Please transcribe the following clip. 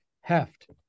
heft